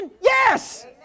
Yes